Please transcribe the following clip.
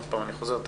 שוב אני חוזר,